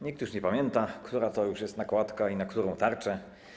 Nikt już nie pamięta, która to jest już nakładka i na którą tarczę.